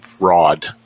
rod